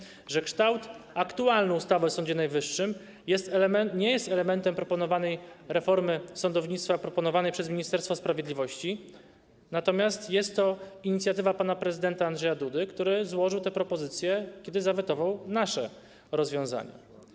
Padały głosy, że kształt aktualnej ustawy o Sądzie Najwyższym nie jest elementem reformy sądownictwa proponowanej przez Ministerstwo Sprawiedliwości, natomiast jest to inicjatywa pana prezydenta Andrzeja Dudy, który złożył te propozycje, kiedy zawetował nasze rozwiązanie.